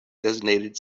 designated